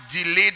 delayed